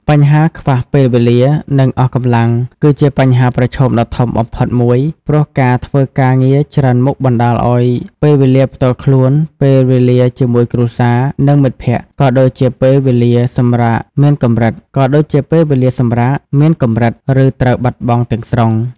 បញ្ហាខ្វះពេលវេលា និងអស់កម្លាំងគឺជាបញ្ហាប្រឈមដ៏ធំបំផុតមួយ ព្រោះការធ្វើការងារច្រើនមុខបណ្តាលឱ្យពេលវេលាផ្ទាល់ខ្លួន ពេលវេលាជាមួយគ្រួសារ និងមិត្តភក្តិ ក៏ដូចជាពេលវេលាសម្រាកមានកម្រិត ឬត្រូវបាត់បង់ទាំងស្រុង។